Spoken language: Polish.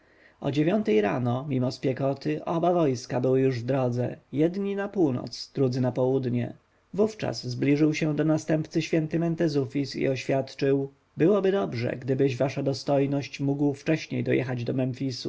o dziewiątej rano mimo spiekoty oba wojska były już w drodze jedni na północ drudzy na południe wówczas zbliżył się do następcy święty mentezufis i oświadczył byłoby dobrze gdybyś wasza dostojność mógł wcześniej dojechać do memfisu w